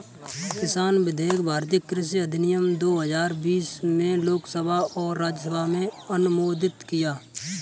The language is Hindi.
किसान विधेयक भारतीय कृषि अधिनियम दो हजार बीस में लोकसभा और राज्यसभा में अनुमोदित किया